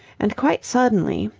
and quite suddenly,